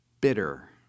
bitter